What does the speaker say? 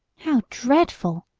how dreadful!